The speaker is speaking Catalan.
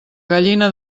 gallina